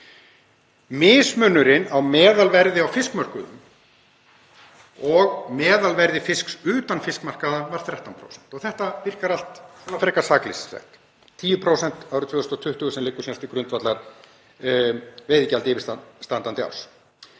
Mismunurinn á meðalverði á fiskmörkuðum og meðalverði fisks utan fiskmarkaða var 13%, og þetta virkar allt frekar sakleysislegt, 10% árið 2020 sem liggur til grundvallar veiðigjaldi yfirstandandi árs.